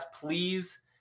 Please